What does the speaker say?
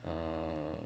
uh